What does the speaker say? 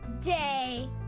Day